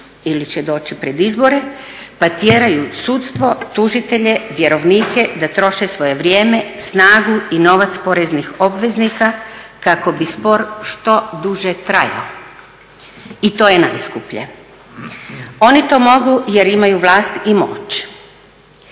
ili će doći pred izbore, pa tjeraju sudstvo, tužitelje, vjerovnike da troše svoje vrijeme, snagu i novac poreznih obveznika kako bi spor što duže trajao i to je najskuplje. Oni to mogu jer imaju vlast i moć.